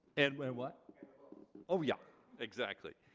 and when what oh yeah exactly